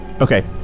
Okay